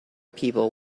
people